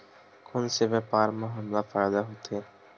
कोन से व्यापार म हमला फ़ायदा होथे?